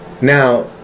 Now